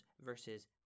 versus